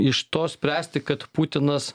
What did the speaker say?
iš to spręsti kad putinas